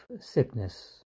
sickness